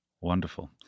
Wonderful